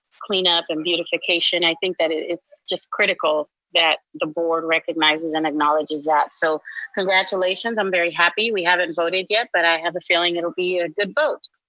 cleanup and beautification. i think that it's just critical that the board recognizes and acknowledges that. so congratulations, i'm very happy. we haven't voted yet, but i have a feeling it'll be a good vote.